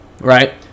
right